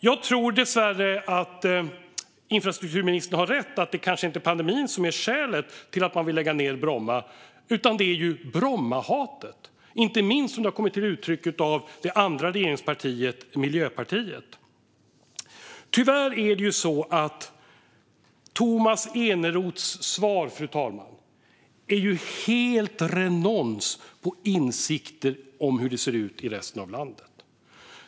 Jag tror dessvärre att infrastrukturministern har rätt, nämligen att det kanske inte är pandemin som är skälet till att man vill lägga ned Bromma utan att det är Brommahatet, inte minst som det har kommit till uttryck av det andra regeringspartiet Miljöpartiet. Tyvärr är det så att Tomas Eneroths svar, fru talman, är helt renons på insikter om hur det ser ut i resten av landet.